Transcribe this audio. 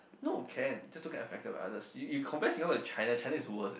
no can just don't get affected by others you you compare Singapore to China China is worse eh